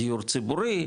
דיור ציבורי,